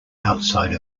outside